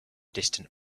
distant